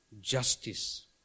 justice